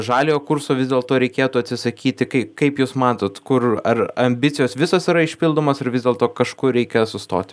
žaliojo kurso vis dėlto reikėtų atsisakyti kai kaip jūs matot kur ar ambicijos visos yra išpildomos ar vis dėlto kažkur reikia sustoti